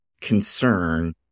concern